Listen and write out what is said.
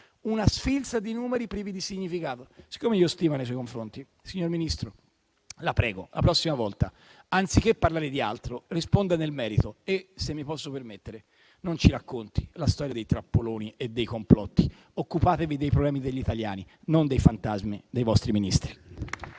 una sfilza di numeri privi di significato. Siccome io ho stima nei suoi confronti, signor Ministro, la prego: la prossima volta anziché parlare di altro, risponda nel merito e, se mi posso permettere, non ci racconti la storia dei trappoloni e dei complotti. Occupatevi dei problemi degli italiani, non dei fantasmi dei vostri Ministri.